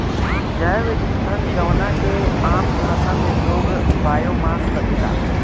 जैव ईंधन जवना के आम भाषा में लोग बायोमास कहेला